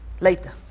later